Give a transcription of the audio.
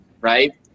right